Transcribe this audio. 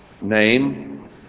name